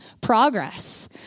progress